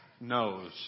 knows